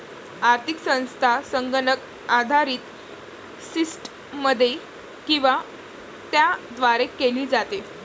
आर्थिक संस्था संगणक आधारित सिस्टममध्ये किंवा त्याद्वारे केली जाते